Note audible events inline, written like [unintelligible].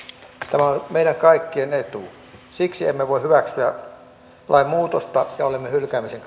tämä on meidän kaikkien etu siksi emme voi hyväksyä lainmuutosta ja olemme hylkäämisen [unintelligible]